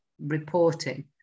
reporting